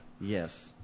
yes